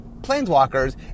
Planeswalkers